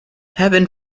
heaven